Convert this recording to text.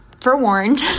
forewarned